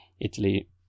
Italy